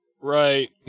right